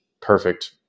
perfect